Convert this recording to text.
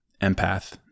Empath